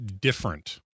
different